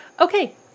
okay